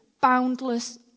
boundless